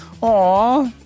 Aw